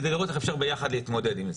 כדי לראות איך אפשר ביחד להתמודד עם זה.